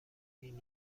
این